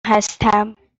هستم